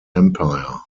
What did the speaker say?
empire